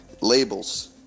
Labels